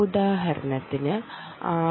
ഉദാഹരണത്തിന് ആർ